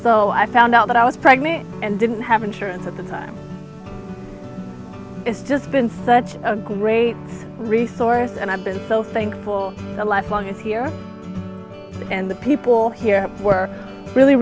so i found out that i was pregnant and didn't have insurance at the time it's just been such a great resource and i've been so thankful the life long is here and the people here were really